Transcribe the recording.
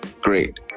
Great